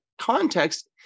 context